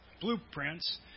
blueprints